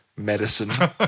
medicine